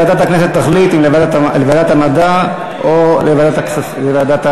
ועדת הכנסת תחליט אם לוועדת המדע או לוועדת הכספים.